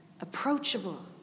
approachable